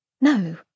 no